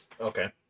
Okay